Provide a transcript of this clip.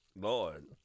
Lord